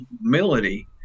humility